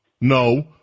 no